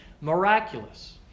miraculous